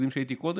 תפקידיי קודם,